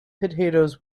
potatoes